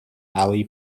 ali